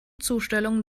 zustellung